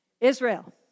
Israel